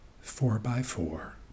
four-by-four